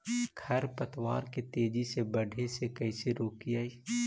खर पतवार के तेजी से बढ़े से कैसे रोकिअइ?